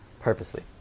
purposely